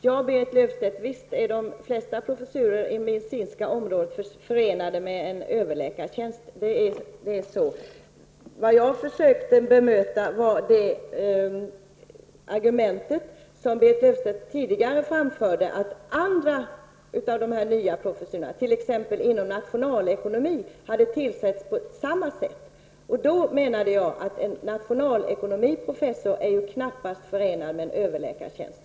Herr talman! Visst är de flesta professurer inom medicinska områden förenade med en överläkartjänst, Berit Löfstedt. Jag försökte bemöta det argument som Berit Löfstedt framförde tidigare, nämligen att andra nya professurer, t.ex. inom nationalekonomi, hade tillsatts på samma sätt. Jag menade då att en professur i nationalekonomi är knappast förenad med en överläkartjänst.